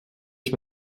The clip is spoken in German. ich